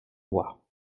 bois